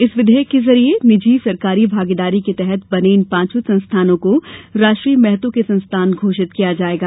इस विधेयक के जरिए निजी सरकारी भागीदारी के तहत बने इन पांचों संस्थानों को राष्ट्रीय महत्व के संस्थान घोषित किया जाएगा